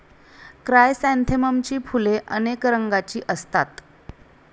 क्रायसॅन्थेममची फुले अनेक रंगांची असतात